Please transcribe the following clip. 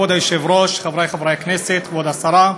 כבוד היושב-ראש, חברי חברי הכנסת, כבוד השרה,